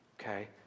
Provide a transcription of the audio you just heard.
Okay